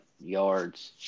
yards